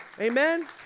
Amen